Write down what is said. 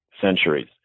centuries